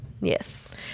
Yes